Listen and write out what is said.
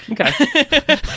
Okay